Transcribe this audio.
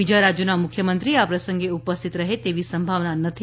બીજા રાજ્યોના મુખ્યમંત્રી આ પ્રસંગે ઉપસ્થિત રહે તેવી સંભાવના નથી